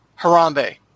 Harambe